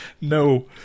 No